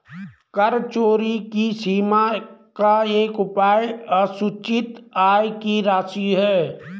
कर चोरी की सीमा का एक उपाय असूचित आय की राशि है